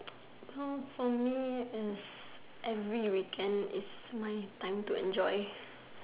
uh for me it's weekend is my time to enjoy